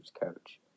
coach